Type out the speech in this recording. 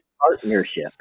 partnership